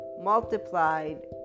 multiplied